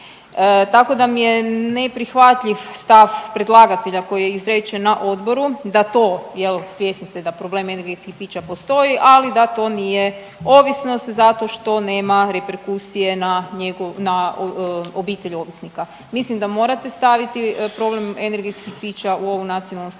Tako da mi je neprihvatljiv stav predlagatelja koji je izrečen na odboru da to, jel' svjesni ste da problem energetskih pića postoji, ali da to nije ovisnost zato što nema reperkusije na obitelj ovisnika. Mislim da morate staviti problem energetskih pića u ovu nacionalnu strategiju